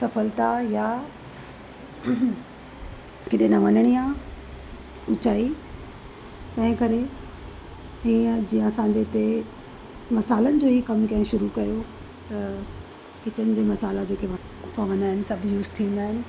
सफलता इहा किथे न वञणी आहे ऊंचाई तंहिं करे हीअं जीअं असांजे इते मसाल्हनि जो ई कमु कंहिं शुरू कयो त किचिन जा मसाल्हा जेके पवंदा आहिनि सभु यूज़ थींदा आहिनि